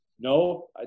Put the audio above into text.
No